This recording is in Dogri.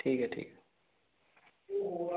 ठीक ऐ ठीक ऐ